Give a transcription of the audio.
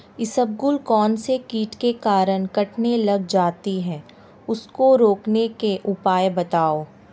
इसबगोल कौनसे कीट के कारण कटने लग जाती है उसको रोकने के उपाय बताओ?